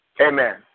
Amen